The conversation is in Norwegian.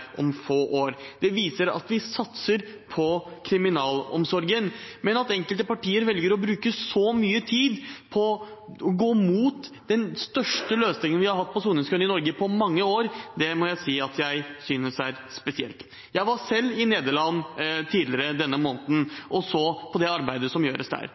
om få år. Det viser at vi satser på kriminalomsorgen. At enkelte partier velger å bruke så mye tid på å gå imot den største løsningen vi har hatt på soningskøen i Norge på mange år, må jeg si jeg synes er spesielt. Jeg var selv i Nederland tidligere denne måneden og så på det arbeidet som gjøres der.